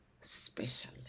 special